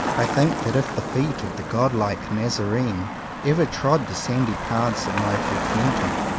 i think that if the feet of the god-like nazarene ever trod the sandy paths of my frequenting,